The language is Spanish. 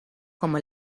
como